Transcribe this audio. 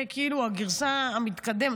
היא כאילו הגרסה המתקדמת,